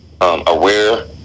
aware